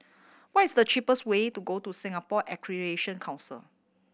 what is the cheapest way to go to Singapore Accreditation Council